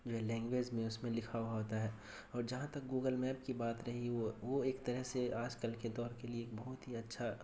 جو ہے لینگویج میں اس میں لکھا ہوتا ہے اور جہاں تک گوگل میپ کی بات رہی وہ وہ ایک طرح سے آج کل کے دور کے لیے ایک بہت ہی اچھا